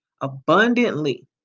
abundantly